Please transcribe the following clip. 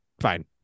fine